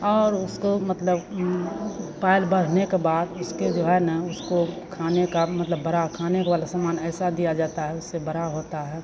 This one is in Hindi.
और उसको मतलब पैल बढ़ने के बाद उसके जो है न उसको खाने का भी मतलब बड़ा खाने वाला सामान ऐसा दिया जाता है उससे बड़ा होता है